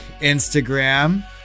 Instagram